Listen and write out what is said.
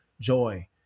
joy